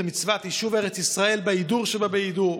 מצוות יישוב ארץ ישראל בהידור שבהידור.